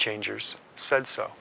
changers said so